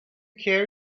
care